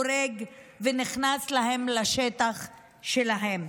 הורג, שנכנס להם לשטח שלהם.